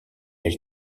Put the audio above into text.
elle